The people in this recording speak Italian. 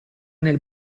nel